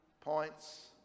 points